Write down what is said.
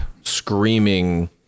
screaming